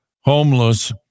homeless